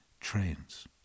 trains